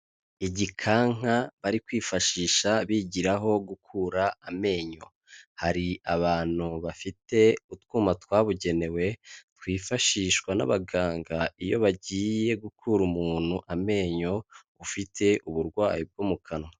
Igikanka bari kwifashisha bigiraho gukura amenyo, hari abantu bafite utwuma twabugenewe twifashishwa n'abaganga iyo bagiye gukura umuntu amenyo ufite uburwayi bwo mu kanwa.